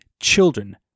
children